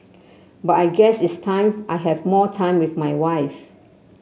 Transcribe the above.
but I guess it's time I have more time with my wife